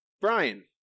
Brian